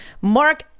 Mark